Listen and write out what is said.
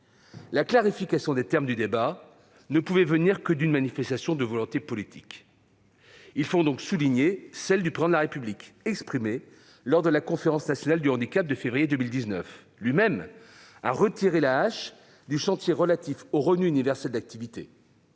La clarification des termes du débat ne pouvait venir que d'une manifestation de la volonté politique. Il faut alors souligner la volonté du Président de la République, exprimée lors de la conférence nationale du handicap de février 2019, de retirer l'AAH du chantier relatif au revenu universel d'activité.